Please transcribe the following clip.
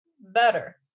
better